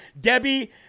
Debbie